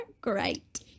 Great